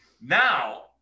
Now